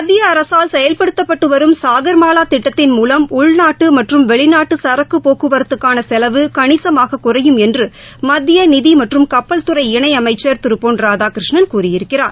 மத்திய அரசால் செயல்படுத்தப்பட்டு வரும் சாகர்மாலா திட்டத்தின் மூலம் உள்நாட்டு மற்றும் வெளிநாட்டு சரக்கு போக்குவரத்துக்காள செலவு கணிசமாக குறையும் என்று மத்திய நிதி மற்றும் கப்பல்துறை இணை அமைச்சள் திரு பொன் ராதாகிருஷ்ணன் கூறியிருக்கிறார்